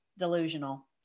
delusional